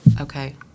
Okay